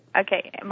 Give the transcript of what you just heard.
Okay